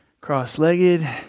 cross-legged